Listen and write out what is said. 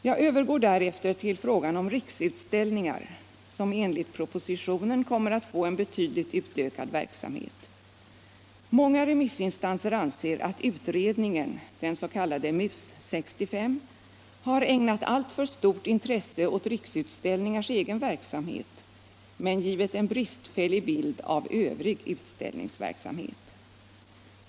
Jag övergår därefter till frågan om Riksutställningar, som enligt propositionen kommer att få en betydligt utökad verksamhet. Många remissinstanser anser att utredningen, den s.k. MUS 65, har ägnat alltför stort intresse åt Riksutställningars egen verksamhet men givit en bristfällig bild av övrig utställningsverksamhet.